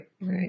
Right